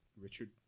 Richard